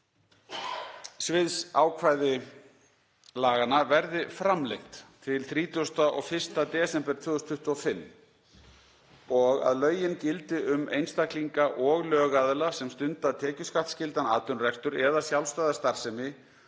gildissviðsákvæði laganna verði framlengt til 31. desember 2025 og að lögin gildi um einstaklinga og lögaðila sem stunda tekjuskattsskyldan atvinnurekstur eða sjálfstæða starfsemi